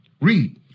read